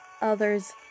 others